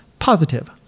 positive